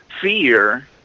Fear